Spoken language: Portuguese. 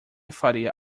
faria